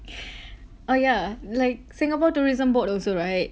oh yeah like singapore tourism board also right